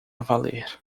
valer